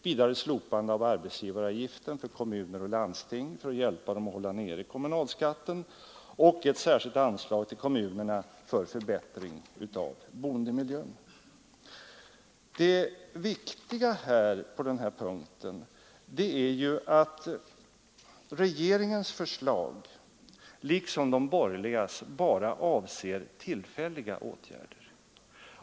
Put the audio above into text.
Vidare kräver vi slopande av arbetsgivaravgiften för kommun och landsting för att hjälpa dem att hålla nere kommunalskatten samt ett särskilt anslag till kommunerna för förbättring av boendemiljön. Det viktiga på den här punkten är ju att regeringens förslag liksom de borgerligas bara avser tillfälliga åtgärder.